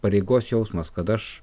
pareigos jausmas kad aš